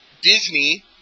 Disney